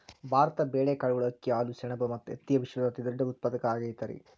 ಭಾರತ ಬೇಳೆ, ಕಾಳುಗಳು, ಅಕ್ಕಿ, ಹಾಲು, ಸೆಣಬ ಮತ್ತ ಹತ್ತಿಯ ವಿಶ್ವದ ಅತಿದೊಡ್ಡ ಉತ್ಪಾದಕ ಆಗೈತರಿ